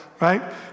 right